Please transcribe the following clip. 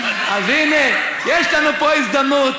אחד המשפטים שאני מתחנן שיחזרו למקור,